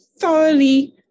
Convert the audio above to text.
thoroughly